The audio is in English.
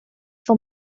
for